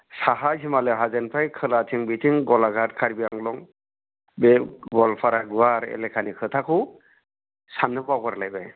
साहा हिमालय हाजोनिफ्राय खोलाथिं बिथिं गलाघाट कार्बिआंलं बे गवालफारा गुवार एलेखानि खोथाखौ साननो बावगारलायबाय